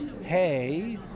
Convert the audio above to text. hey